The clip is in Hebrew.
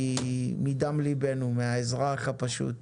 מדם ליבנו, מהאזרח הפשוט.